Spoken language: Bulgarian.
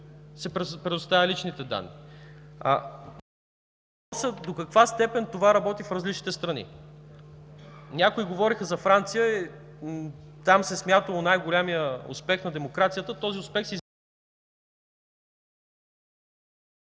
си предоставя личните данни? Друг е въпросът до каква степен това работи в различните страни? Някои говореха за Франция. Там се смятало, най-големият успех на демокрацията – този успех се изразява